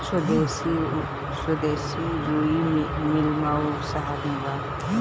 स्वदेशी रुई मिल मऊ शहर में बा